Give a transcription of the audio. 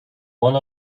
one